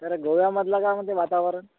तर गोव्यामधला काय म्हणते वातावरण